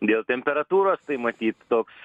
dėl temperatūros tai matyt toks